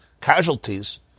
casualties